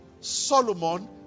Solomon